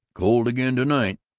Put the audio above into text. cold again to-night.